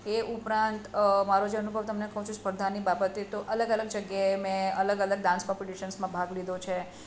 એ ઉપરાંત મારો જે અનુભવ જે તમને હું કહું છું સ્પર્ધાની બાબતે તો અલગ અલગ જગ્યાએ મેં અલગ અલગ ડાન્સ કોમ્પિટિશન્સમાં ભાગ લીધો છે